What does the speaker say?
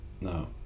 No